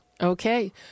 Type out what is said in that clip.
Okay